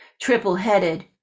triple-headed